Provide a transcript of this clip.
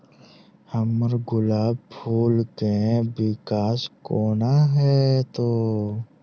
हम्मर गुलाब फूल केँ विकास कोना हेतै?